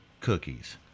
cookies